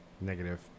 negative